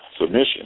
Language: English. submission